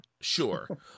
Sure